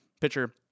pitcher